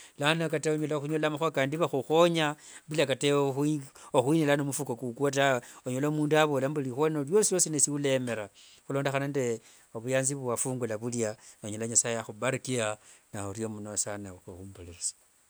Laano kata onyala khunyola makhua kandi vakhukhonya bila kata ewe khwinjira mumufuko kwako tawe. Onyola mundu avola mbu likhua lino liosi liosi nesie walemera, khulondekhana nende vuyanzi vuwafungula vulia, nonyola nasaye akhubarikia. Naurio muno sana okhuburisia.